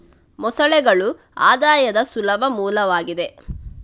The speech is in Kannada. ಮೊಸಳೆಗಳು ಆದಾಯದ ಸುಲಭ ಮೂಲವಾಗಿದೆ